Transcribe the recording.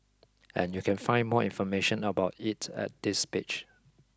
and you can find more information about it at this page